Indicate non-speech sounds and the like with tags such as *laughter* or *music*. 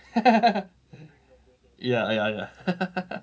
*laughs* ya ya lah *laughs*